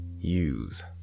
use